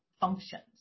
functions